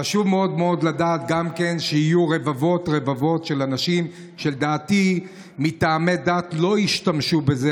חשוב מאוד לדעת גם שיהיו רבבות של אנשים שלדעתי מטעמי דת לא ישתמשו בזה,